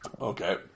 Okay